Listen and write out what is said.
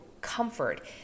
comfort